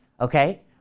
Okay